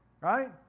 right